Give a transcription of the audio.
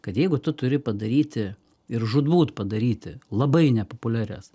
kad jeigu tu turi padaryti ir žūtbūt padaryti labai nepopuliarias